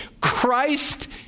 Christ